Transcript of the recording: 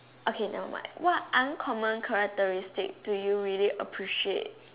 okay never mind what uncommon characteristic do you really appreciate